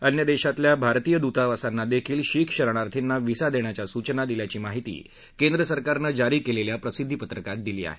अन्य देशातल्या भारतीय दूतावासांना देखील शीख शरणार्थीना व्हिसा देण्याच्या सूचना दिल्याची माहिती केंद्रसरकारनं जारी केलेल्या प्रसिद्धीपत्रकात दिली आहे